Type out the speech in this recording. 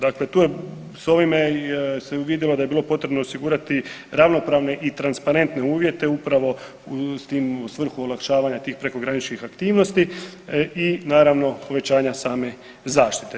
Dakle, tu je s ovime se uvidjelo da je bilo potrebno osigurati ravnopravne i transparentne uvjete upravo s tim, u svrhu olakšavanja tih prekograničnih aktivnosti i naravno povećanja same zaštite.